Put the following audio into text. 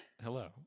hello